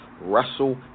Russell